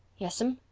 yes'm.